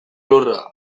lurra